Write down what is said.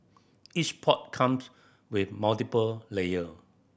each pot comes with multiple layer